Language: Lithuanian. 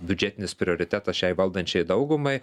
biudžetinis prioritetas šiai valdančiajai daugumai